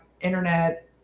internet